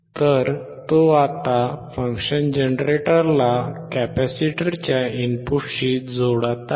तर तो आत्ता फंक्शन जनरेटरला कॅपेसिटरच्या इनपुटशी जोडत आहे